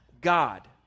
god